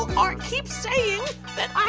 are keep saying that i'm